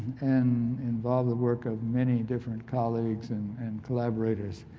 and involve the work of many different colleagues and and collaborators.